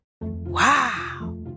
Wow